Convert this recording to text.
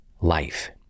Life